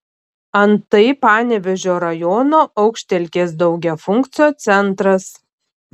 antai panevėžio rajono aukštelkės daugiafunkcio centras